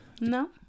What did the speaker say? No